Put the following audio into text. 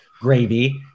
gravy